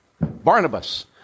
Barnabas